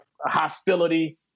hostility